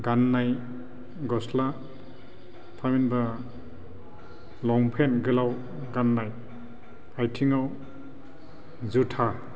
गाननाय गस्ला थामहिन्बा लंपेन्ट गोलाव गाननाय आथिङाव जुथा